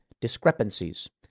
Discrepancies